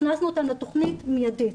הכנסנו אותם לתכנית מיידית.